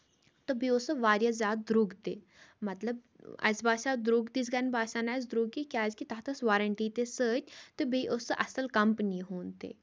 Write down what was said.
تہٕ پیوٚو اوس سُہ واریاہ زیادٕ درٛوگ تہِ مطلب اَسہِ باسیٛو درٛوٚگ تِژھ گَنہِ باسیٛو نہٕ اَسہِ درٛوٚگ یہِ کیٛازِکہِ تَتھ ٲس وارَنٹی تہِ سۭتۍ تہٕ بیٚیہِ اوس سُہ اَصٕل کَمپٔنی ہُنٛد تہِ